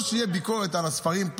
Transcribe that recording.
או שתהיה ביקורת על הספרים,